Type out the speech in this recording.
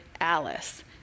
Alice